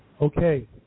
Okay